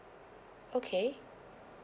okay